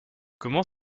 comment